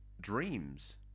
dreams